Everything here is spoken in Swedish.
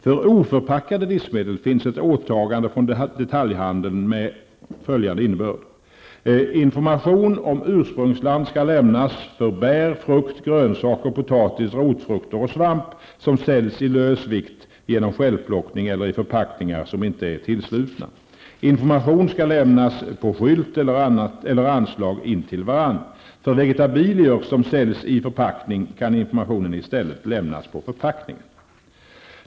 För oförpackade livsmedel finns ett åtagande från detaljhandeln med följande innebörd: -- Information om ursprungsland skall lämnas för bär, frukt, grönsaker, potatis, rotfrukter och svamp, som säljs i lös vikt genom självplockning eller i förpackningar som inte är tillslutna. -- information skall lämnas på skylt eller anslag intill varan. För vegetabilier som säljs i förpackning kan informationen i stället lämnas på förpackningen.